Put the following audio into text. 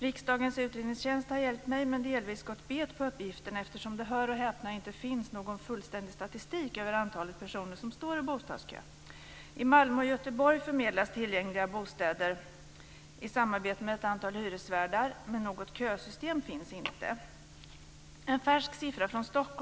Riksdagens utredningstjänst har hjälpt mig men delvis gått bet på uppgiften eftersom det, hör och häpna, inte finns någon fullständig statistik över antalet personer som står i bostadskö. I Malmö och Göteborg förmedlas tillgängliga bostäder i samarbete mellan ett antal hyresvärdar, men något kösystem finns inte. personer står i bostadskö.